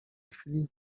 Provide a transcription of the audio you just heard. chwili